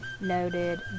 noted